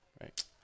right